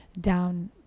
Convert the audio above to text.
down